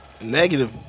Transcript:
negative